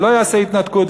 ולא יעשה התנתקות,